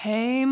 Hey